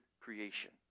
creation